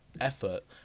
effort